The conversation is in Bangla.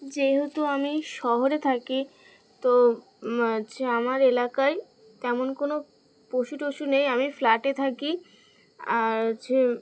যেহেতু আমি শহরে থাকি তো যে আমার এলাকায় তেমন কোনো পশু টশু নেই আমি ফ্ল্যাটে থাকি আর হচ্ছে